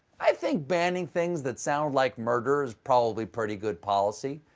i think banning things that sound like murder is probably pretty good policy.